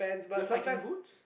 do you have hiking boots